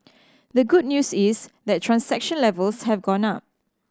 the good news is that transaction levels have gone up